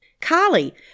Carly